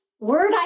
word